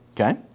Okay